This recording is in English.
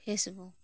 Facebook